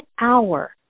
hour